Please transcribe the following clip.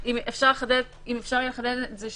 אם אפשר לחדד את זה,